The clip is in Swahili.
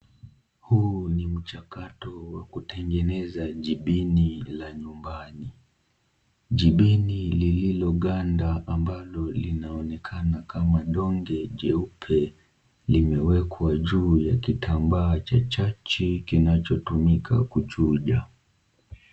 Huu ni mchakato wa kutengeneza jibini la nyumbani . Jibini lililo ganda ambalo linaonekana kama donge jeupe limewekwa juu ya kitambaa cha chachi kinachotumika kuchuja.